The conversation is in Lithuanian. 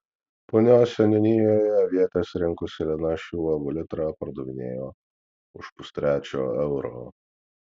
punios seniūnijoje avietes rinkusi lina šių uogų litrą pardavinėjo už pustrečio euro